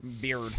Beard